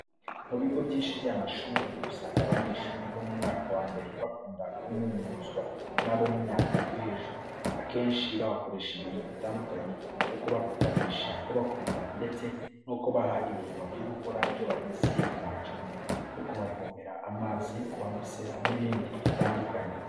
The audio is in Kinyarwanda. Mu bigo byinshi by’amashuri, usanga abanyeshuri bo mu mwaka wa mbere bakunda kunyuzurwa n'abo mu myaka yo hejuru. Akenshi babakoresha ibintu bitandukanye nko kubapfukamisha, kubakubita ndetse no kubaha imirimo yo gukora iyo bageze ku macumbi, nko kubavomera amazi, kubamesera n’ibindi bitandukanye.